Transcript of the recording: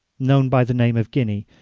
known by the name of guinea,